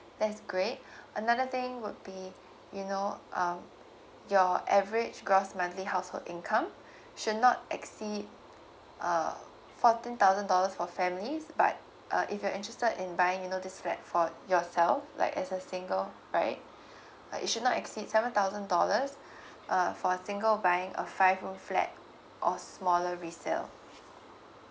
that's great another thing would be you know um your average gross monthly household income should not exceed uh fourteen thousand dollars for families but uh if you're interested in buying you know this flat for yourself like as a single right like you should not exceed seven thousand dollars uh for a single buying a five room flat or smaller resale